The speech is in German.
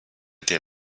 der